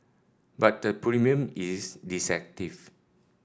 but the premium is deceptive